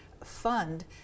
fund